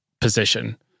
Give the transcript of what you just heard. position